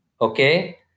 okay